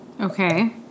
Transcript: Okay